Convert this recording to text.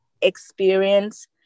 experience